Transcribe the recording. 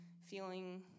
feeling